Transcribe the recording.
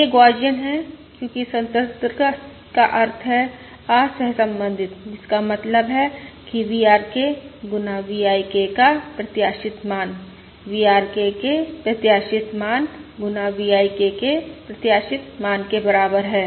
यह गौसियन है क्योंकि स्वतंत्रता का अर्थ है असहसंबंधित जिसका मतलब है कि VRK गुना VIK का प्रत्याशित मान VRK के प्रत्याशित मान गुना VIK के प्रत्याशित मान के बराबर है